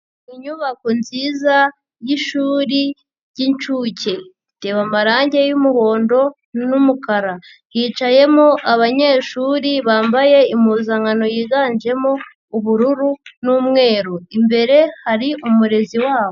Inyubako nziza y'ishuri ry'inshuke. Ritewe amarange y'umuhondo n'umukara. Hicayemo abanyeshuri bambaye impuzankano yiganjemo ubururu n'umweru. Imbere hari umurezi wabo.